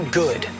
good